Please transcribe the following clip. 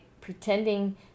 pretending